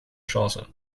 chance